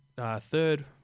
third